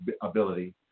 ability